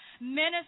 Minister